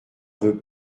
veut